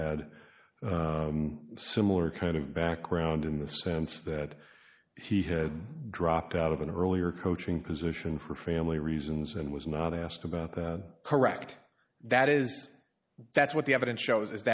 had similar kind of background in the sense that he had dropped out of an earlier coaching position for family reasons and was not asked about the correct that is that's what the evidence shows is